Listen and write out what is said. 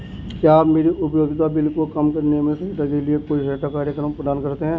क्या आप मेरे उपयोगिता बिल को कम करने में सहायता के लिए कोई सहायता कार्यक्रम प्रदान करते हैं?